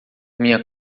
minha